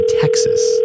Texas